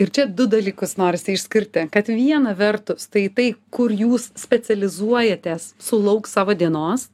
ir čia du dalykus norisi išskirti kad viena vertus tai tai kur jūs specializuojatės sulauks savo dienos